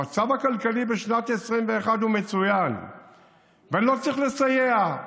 המצב הכלכלי בשנת 2021 הוא מצוין ואני לא צריך לסייע.